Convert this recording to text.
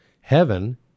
heaven